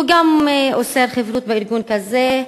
הוא גם אוסר חברות בארגון כזה,